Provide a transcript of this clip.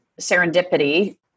serendipity